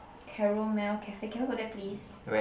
Carel Mel cafe can we go there please